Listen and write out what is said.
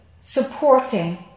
supporting